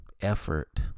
effort